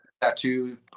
tattoo